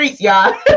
y'all